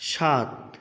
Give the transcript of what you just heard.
সাত